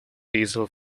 diesel